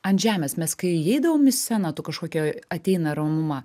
ant žemės mes kai įeidavom į sceną kažkokia ateina ramuma